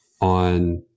on